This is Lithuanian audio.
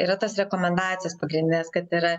yra tos rekomendacijos pagrindinės kad yra